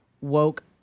woke